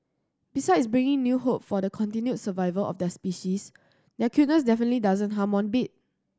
besides bringing new hope for the continued survival of their species their cuteness definitely doesn't harm one bit